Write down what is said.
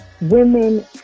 women